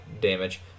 Damage